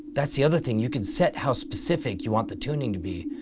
that's the other thing, you can set how specific you want the tuning to be.